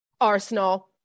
Arsenal